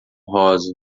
rosa